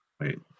wait